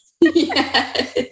Yes